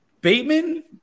Bateman